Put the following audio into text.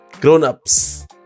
Grown-ups